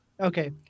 Okay